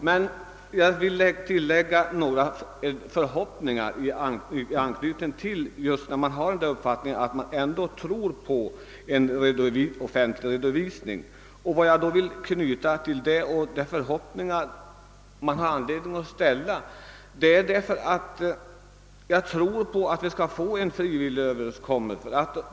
Men jag vill ge uttryck för några förhoppningar om och ange några skäl för att man kan tro på en offentlig redovisning. Jag menar nämligen att man kan tro på en frivillig överenskommelse.